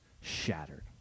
shattered